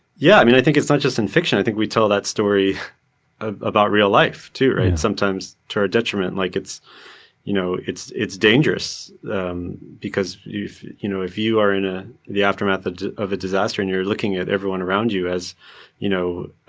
yeah, i mean, i think it's not just in fiction, i think we tell that story about real life too, right? sometimes to our detriment. like it's you know it's dangerous um because if you know if you are in ah the aftermath ah of a disaster and you're looking at everyone around you as you know